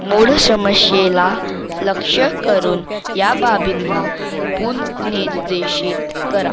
मूळ समस्येला लक्ष्य करून या बाबींना पुनर्निर्देशित करा